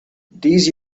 these